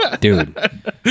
dude